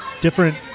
different